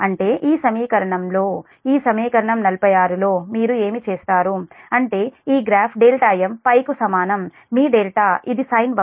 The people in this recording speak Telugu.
అంటే ఈ సమీకరణంలో ఈ సమీకరణం 46 లో మీరు ఏమి చేస్తారు అంటే ఈ గ్రాఫ్m కు సమానం మీ δ ఇది సైన్ వక్రత